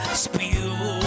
spew